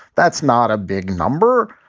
that's not a big number.